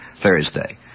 Thursday